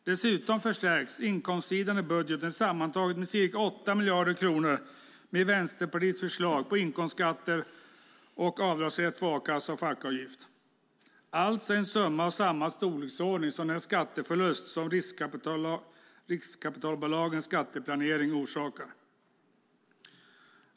Dessutom förstärks inkomstsidan i budgeten sammantaget med ca 8 miljarder kronor med Vänsterpartiets förslag på inkomstskatter och avdragsrätt för a-kasse och fackavgift. Det är alltså en summa i samma storleksordning som den skatteförlust som riskkapitalbolagens skatteplanering orsakar.